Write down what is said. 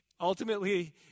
ultimately